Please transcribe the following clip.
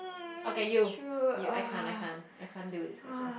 okay you you I can't I can't I can't do this question